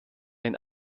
ein